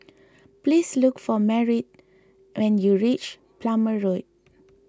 please look for Merritt when you reach Plumer Road